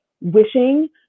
wishing